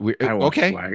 okay